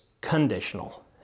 conditional